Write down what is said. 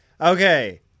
Okay